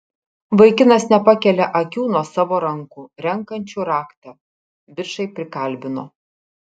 vaikinas nepakelia akių nuo savo rankų renkančių raktą bičai prikalbino